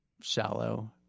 shallow